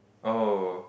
oh